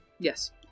Yes